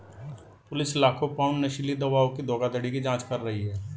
police लाखों pound नशीली दवाओं की धोखाधड़ी की जांच कर रही है